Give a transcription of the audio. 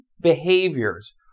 behaviors